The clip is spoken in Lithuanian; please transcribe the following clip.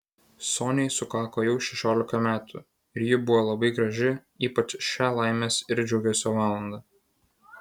soniai sukako jau šešiolika metų ir ji buvo labai graži ypač šią laimės ir džiugesio valandą